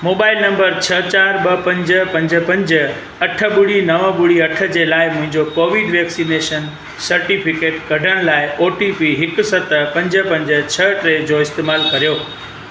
mobile number छह चारि ॿ पंज पंज अठ ॿुड़ी नव ॿुड़ी अठ जे लाइ मुंहिंजो कोविड वैक्सनेशन सर्टिफिकेट कढण लाइ ओ टी पी हिकु सत पंज पंज छह टे जो इस्तैमालु करियो